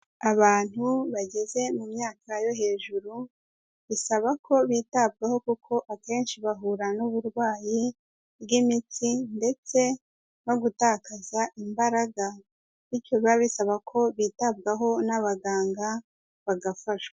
Abantu bageze mu myaka yo hejuru bisaba ko bitabwaho kuko akenshi bahura n'uburwayi bw'imitsi ndetse no gutakaza imbaraga, bityo bababa bisaba ko bitabwaho n'abaganga bagafashwa.